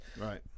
Right